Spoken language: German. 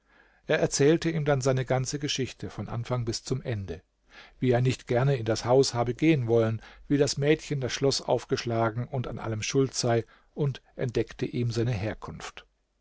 er erzählte ihm dann seine ganze geschichte von anfang bis zum ende wie er nicht gerne in das haus haben gehen wollen wie das mädchen das schloß aufgeschlagen und an allem schuld sei und entdeckte ihm seine herkunft